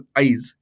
eyes